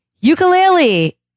Ukulele